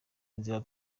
inzira